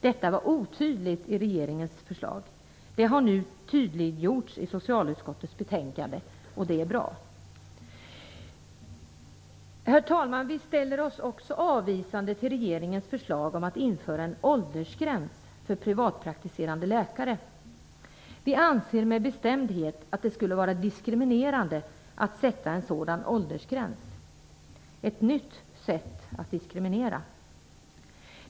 Detta var otydligt i regeringens förslag. Det har nu tydliggjorts i socialutskottets betänkande, och det är bra. Herr talman! Vi ställer oss också avvisande till regeringens förslag om att införa åldersgräns för privatpraktiserande läkare. Vi anser med bestämdhet att det skulle vara diskriminerande att sätta en sådan åldersgräns. Det vore ett nytt sätt att diskriminera.